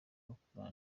bakora